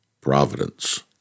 Providence